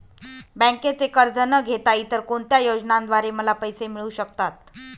बँकेचे कर्ज न घेता इतर कोणत्या योजनांद्वारे मला पैसे मिळू शकतात?